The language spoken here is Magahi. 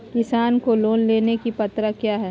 किसान को लोन लेने की पत्रा क्या है?